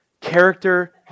Character